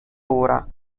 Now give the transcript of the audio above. ora